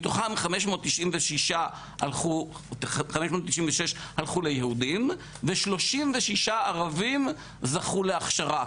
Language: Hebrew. מתוכם 596 הלכו ליהודים ו-36 ערבים זכו להכשרה.